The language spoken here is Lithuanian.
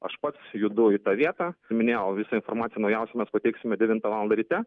aš pats judu į tą vietą minėjau visą informaciją naujausią mes pateiksime devintą valandą ryte